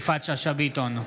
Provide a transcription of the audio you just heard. בעד יפעת שאשא ביטון,